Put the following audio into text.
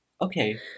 okay